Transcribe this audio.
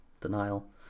Denial